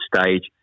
stage